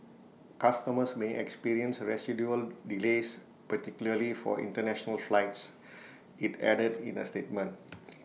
customers may experience residual delays particularly for International flights IT added in A statement